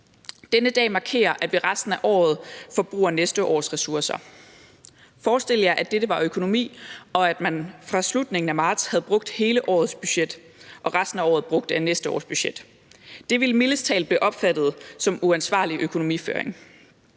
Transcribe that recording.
Denne dag markerer, at vi resten af året forbruger næste års ressourcer. Forestil jer, at dette var økonomi, og at man fra slutningen af marts havde brugt hele årets budget og resten af året brugte af næste års budget. Det ville mildest talt blive opfattet som uansvarlig økonomiføring.